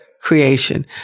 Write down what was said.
creation